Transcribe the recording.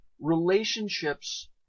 relationships